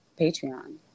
Patreon